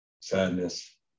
sadness